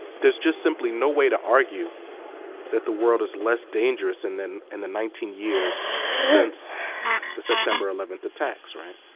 there's just simply no way to argue that the world is less dangerous and in and the nineteen years since the september eleven attacks, right?